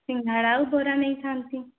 ସିଙ୍ଗଡ଼ା ଆଉ ବରା ନେଇଥାନ୍ତି